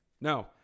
No